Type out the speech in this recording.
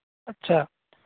अच्छा